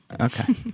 Okay